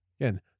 Again